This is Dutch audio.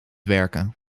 werken